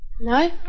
No